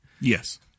Yes